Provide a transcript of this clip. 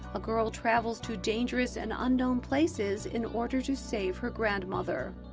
a girl travels to dangerous and unknown places in order to save her grandmother.